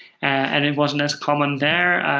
and it wasn't as common there.